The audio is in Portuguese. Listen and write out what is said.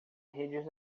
redes